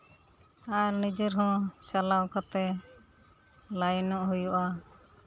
ᱟᱨ ᱱᱤᱡᱮ ᱦᱚᱸ ᱪᱟᱞᱟᱣ ᱠᱟᱛᱮᱫ ᱞᱟᱭᱤᱱᱚᱜ ᱦᱩᱭᱩᱜᱼᱟ